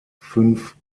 fünf